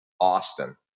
Austin